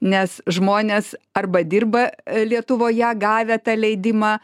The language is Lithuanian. nes žmonės arba dirba lietuvoje gavę tą leidimą